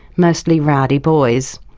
mostly rowdy boys.